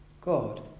God